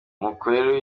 mukorere